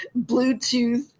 Bluetooth